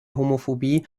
homophobie